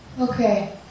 Okay